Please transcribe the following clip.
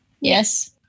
Yes